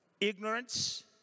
ignorance